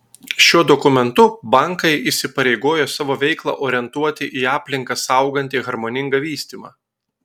šiuo dokumentu bankai įsipareigojo savo veiklą orientuoti į aplinką saugantį harmoningą vystymą